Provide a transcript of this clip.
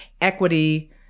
equity